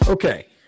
Okay